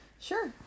Sure